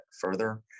further